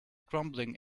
crumbling